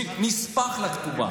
מין נספח לכתובה?